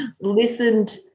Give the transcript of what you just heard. listened